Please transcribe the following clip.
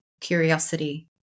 curiosity